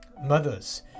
Mothers